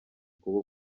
kuba